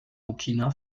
burkina